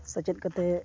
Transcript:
ᱥᱮᱪᱮᱫ ᱠᱟᱛᱮ